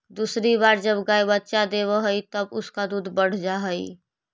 दूसरी बार जब गाय बच्चा देवअ हई तब उसका दूध बढ़ जा हई